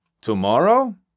Tomorrow